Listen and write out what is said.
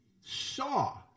saw